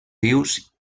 rius